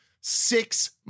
Six